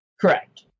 Correct